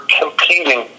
competing